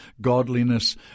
godliness